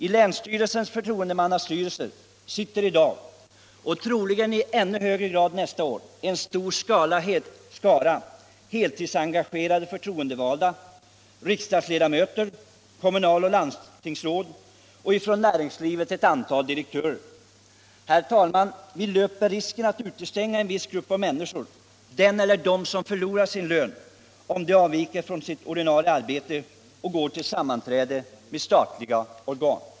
I länsstyrelsens förtroendemannastyrelse sitter i dag och troligen i ännu högre grad nästa år en stor skara heltidsengagerade förtroendevalda — riksdagsledamöter samt kommunaloch landstingsråd — och från nä ringslivet ett antal direktörer. Herr talman! Vi löper risken att utestänga en viss grupp av människor — de som förlorar lön om de avviker från sitt ordinarie arbete och går till sammanträde med statliga organ.